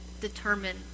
determine